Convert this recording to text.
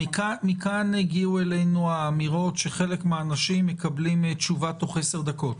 מכאן הגיעו אלינו האמירות שחלק מן האנשים מקבלים תשובה תוך עשר דקות.